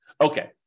Okay